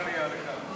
ועדת הכנסת, מחילה.